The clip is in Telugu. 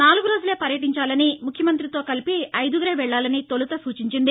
నాలుగు రోజులే పర్యటించాలని ముఖ్యమంతితో కలిపి ఐదుగురే వెళ్లాలని తొలుత సూచించింది